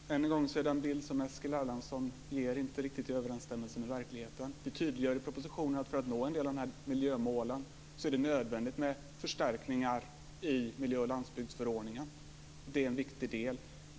Fru talman! Än en gång är den bild som Eskil Erlandsson ger inte riktigt i överensstämmelse med verkligheten. Vi tydliggör i propositionen att för att nå en del av de här miljömålen är det nödvändigt med förstärkningar i miljö och landsbygdsförordningen. Det är en viktig del.